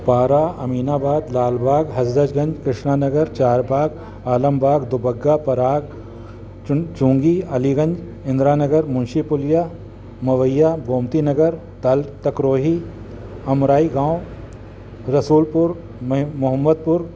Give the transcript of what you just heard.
पारा अमीनाबाद लालबाग हज़रतगंज कृष्ना नगर चारबाग आलमबाग दुबग्गा पराग चु चुंगी अलीगंज इंद्रा नगर मुंशीपुलिया मवैया गोमती नगर तल तकरोही अमराही गांव रसूलपुर म मोहमदपुर